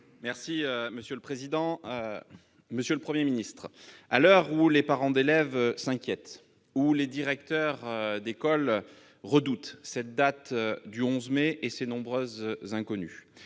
Les Républicains. Monsieur le Premier ministre, à l'heure où les parents d'élèves s'inquiètent, où les directeurs d'école redoutent cette date du 11 mai et ses nombreuses inconnues,